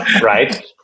right